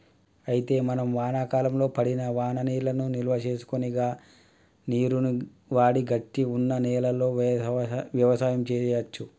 అయితే మనం వానాకాలంలో పడిన వాననీళ్లను నిల్వసేసుకొని గా నీరును వాడి గట్టిగా వున్న నేలలో యవసాయం సేయచ్చు